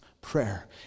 prayer